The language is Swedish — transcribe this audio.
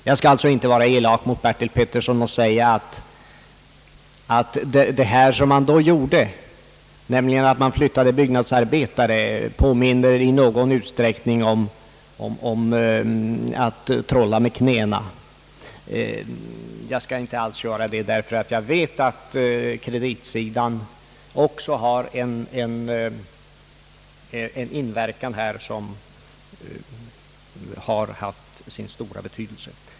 Jag skall inte vara elak mot herr Bertil Pe tersson och säga, att det som man då gjorde, nämligen att flytta byggnadsarbetare, påminner i någon utsträckning om att trolla med knäna. Jag skall inte alls göra någon sådan jämförelse, därför att jag vet att kreditmöjligheterna här har haft sin stora betydelse.